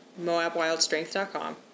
moabwildstrength.com